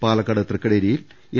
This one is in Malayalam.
പാലക്കാട് തൃക്കടീരി യിൽ എൽ